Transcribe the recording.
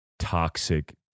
toxic